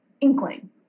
inkling